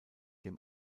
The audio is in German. dem